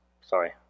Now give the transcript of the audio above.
Sorry